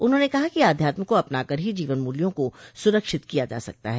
उन्होंने कहा कि आध्यात्म को अपनाकर ही जीवन मूल्यों को सुरक्षित किया जा सकता है